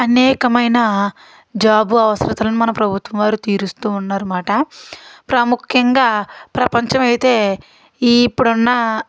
అనేకమైన జాబు అవసరతలను మన ప్రభుత్వం వారు తీరుస్తూ ఉన్నారన్నమాట ప్రాముఖ్యంగా ప్రపంచం అయితే ఇప్పుడున్న